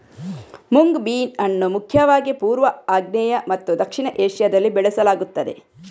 mung ಬೀನ್ ಅನ್ನು ಮುಖ್ಯವಾಗಿ ಪೂರ್ವ, ಆಗ್ನೇಯ ಮತ್ತು ದಕ್ಷಿಣ ಏಷ್ಯಾದಲ್ಲಿ ಬೆಳೆಸಲಾಗುತ್ತದೆ